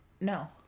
No